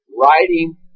writing